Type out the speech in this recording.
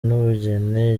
n’ubugeni